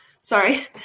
Sorry